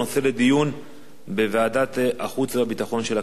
לדיון בוועדת החוץ והביטחון של הכנסת.